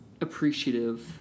appreciative